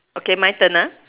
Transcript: okay my turn ah